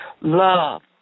Love